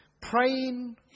Praying